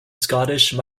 scottish